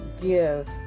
give